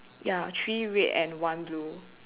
ya three red and one blue